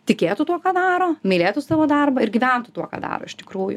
tikėtų tuo ką daro mylėtų savo darbą ir gyventų tuo ką daro iš tikrųjų